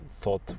thought